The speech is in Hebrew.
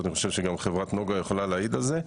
אני חושב שגם חברת נגה יכולה להעיד על זה,